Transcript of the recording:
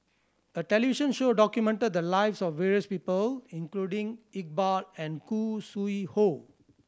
a television show documented the lives of various people including Iqbal and Khoo Sui Hoe